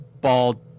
bald